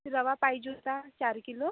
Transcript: रवा पाहिजे होता चार किलो